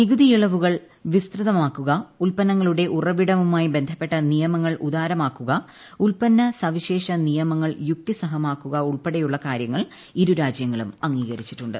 നികുതിയിളവുകൾ വിസ്തൃതമാക്കുക ഉത്പന്നങ്ങളുടെ ഉറവിടവുമായിബന്ധപ്പെട്ട നിയമങ്ങൾ ഉദാരമാക്കുക ഉത്പന്ന സവിശേഷ നിയമങ്ങൾ യുക്തിസഹമാക്കുക ഉൾപ്പെടെയുളള കാര്യങ്ങൾ ഇരു രാജ്യങ്ങളും അംഗീകരിച്ചിട്ടുണ്ട്